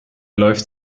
läuft